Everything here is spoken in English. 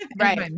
Right